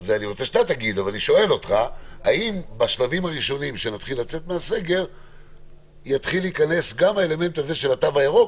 האם בשלבים הראשונים ליציאה ייכנס גם האלמנט של התו הירוק